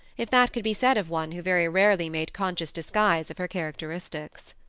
if that could be said of one who very rarely made conscious disguise of her characteristics.